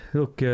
look